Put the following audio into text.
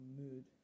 mood